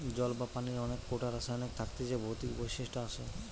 জল বা পানির অনেক কোটা রাসায়নিক থাকতিছে ভৌতিক বৈশিষ্ট আসে